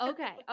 Okay